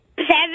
Seven